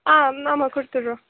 ஆ ஆமாம் கொடுத்துடுறோம்